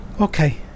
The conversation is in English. Okay